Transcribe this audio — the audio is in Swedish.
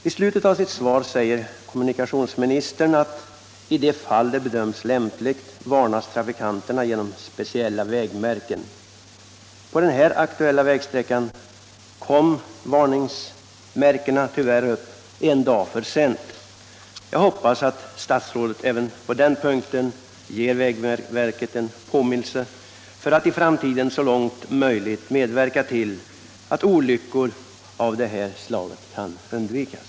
I slutet av sitt svar säger komunikationsministern: ”I de fall det bedöms lämpligt varnas trafikanterna genom speciella vägmärken.” På den här aktuella vägsträckan kom varningsmärkena tyvärr upp en dag för sent. Jag hoppas att statsrådet även på den punkten ger vägverket en påminnelse för att man i framtiden så långt möjligt skall medverka till att olyckor av det här slaget skall undvikas.